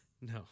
No